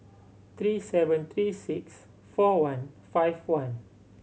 three seven three six four one five one